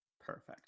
Perfect